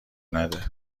نده